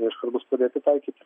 jie iškart bus pradėti taikyti